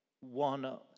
one